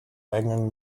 eingang